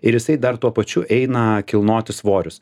ir jisai dar tuo pačiu eina kilnoti svorius